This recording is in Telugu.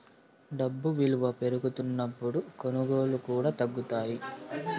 డబ్బు ఇలువ పెరుగుతున్నప్పుడు కొనుగోళ్ళు కూడా తగ్గుతాయి